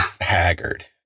haggard